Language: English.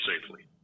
safely